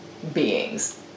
Beings